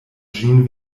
ĝin